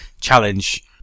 challenge